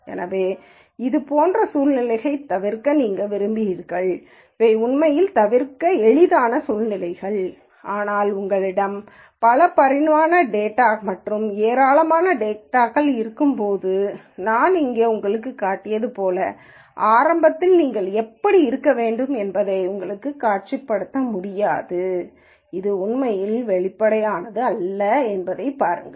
எனவே இது போன்ற சூழ்நிலைகளைத் தவிர்க்க நீங்கள் விரும்புகிறீர்கள் இவை உண்மையில் தவிர்க்க எளிதான சூழ்நிலைகள் ஆனால் உங்களிடம் பல பரிமாண டேட்டா மற்றும் ஏராளமான டேட்டா இருக்கும்போது நான் இங்கே உங்களுக்குக் காட்டியது போல் ஆரம்பத்தில் நீங்கள் எப்படி இருக்க வேண்டும் என்பதை உங்களால் காட்சிப்படுத்த முடியாதது இது உண்மையில் வெளிப்படையானதல்ல என்று பாருங்கள்